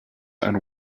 and